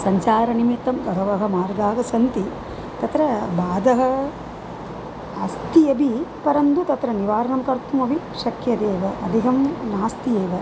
सञ्चारनिमित्तं बहवः मार्गाः सन्ति तत्र बाधः अस्ति अपि परन्तु तत्र निवारणं कर्तुमपि शक्यते एव अधिकं नास्ति एव